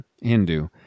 Hindu